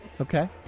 Okay